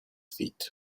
feet